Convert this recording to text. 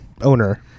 owner